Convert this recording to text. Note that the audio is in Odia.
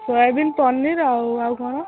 ସୋୟାବିନ୍ ପନିର୍ ଆଉ ଆଉ କ'ଣ